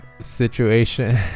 situation